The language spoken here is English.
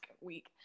week